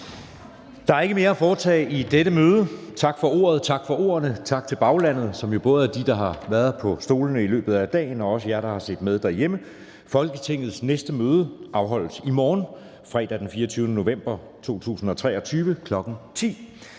Der er ikke mere at foretage i dette møde. Tak for ordet, tak for ordene, tak til baglandet, som jo både er dem, der har været på stolene i løbet af dagen, og jer, der har set med derhjemme. Folketingets næste møde afholdes i morgen, fredag den 24. november 2023, kl. 10.00.